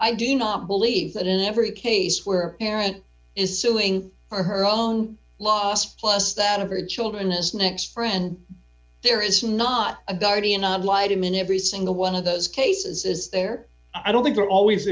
i do not believe that in every case where a parent is suing her own loss plus that of her children is next friend there is not a guardian ad litem in every single one of those cases is there i don't think there always